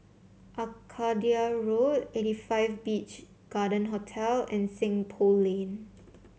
Arcadia Road Eighty Five Beach Garden Hotel and Seng Poh Lane